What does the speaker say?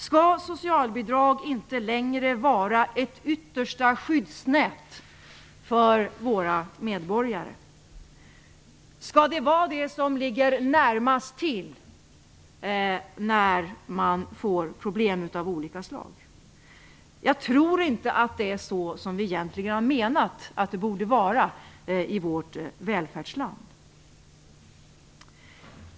Skall socialbidrag inte längre vara ett yttersta skyddsnät för våra medborgare? Skall det vara det som ligger närmast till när man får problem av olika slag? Jag tror inte att det är så som vi egentligen har menat att det borde vara i vårt välfärdsland.